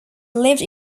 lived